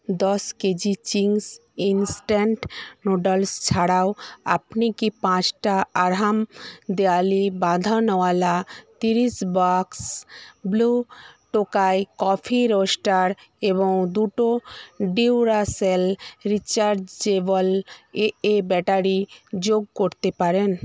দশ KG Ching's instant noodles ছাড়াও আপনি কি পাঁচটা আরহাম দেওয়ালি বাধনওয়ালা তিরিশ box blue Tokai coffee roaster এবং দুটো ডিউরাসেল রিচার্জেবল এএ ব্যাটারি যোগ করতে পারেন